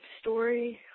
story